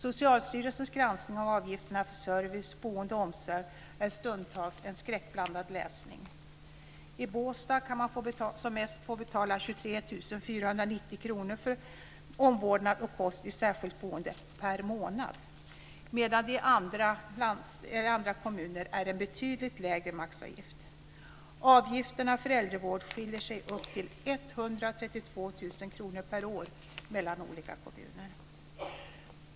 Socialstyrelsens granskning av avgifterna för service, boende och omsorg är stundtals en skräckblandad läsning. I Båstad kan man som mest få betala 23 490 kr för omvårdnad och kost i särskilt boende per månad medan det i andra kommuner är en betydligt lägre maxavgift. Avgifterna för äldrevård skiljer sig upp till 132 000 kr per år mellan olika kommuner.